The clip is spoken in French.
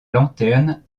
lanterne